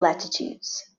latitudes